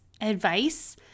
advice